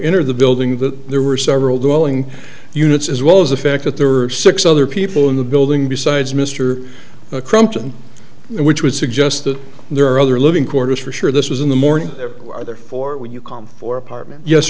enter the building that there were several dueling units as well as the fact that there were six other people in the building besides mr crumpton which would suggest that there are other living quarters for sure this was in the morning there are therefore when you come for apartment yes